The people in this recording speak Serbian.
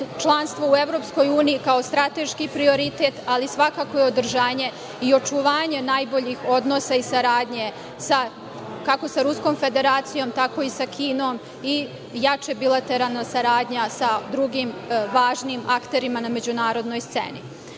članstvo u EU, kao strateški prioritet, ali svakako održanje i očuvanje najboljih odnosa i saradnje, kako sa Ruskom Federacijom, tako i sa Kinom i jača bilateralna saradnja sa drugim važnim akterima na međunarodnoj